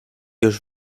już